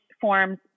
forms